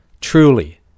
Truly